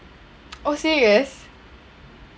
oh serious